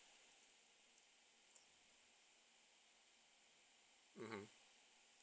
mmhmm